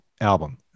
album